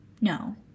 No